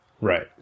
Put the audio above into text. Right